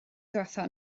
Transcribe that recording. ddiwethaf